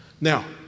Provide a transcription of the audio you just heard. Now